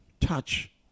touch